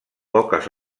poques